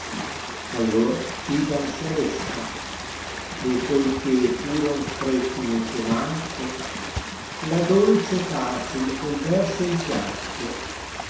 aliar gdansi ad essa e poiché furoa stretti nel suo manto la doke pace h converse